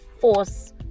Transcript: force